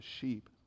sheep